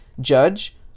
judge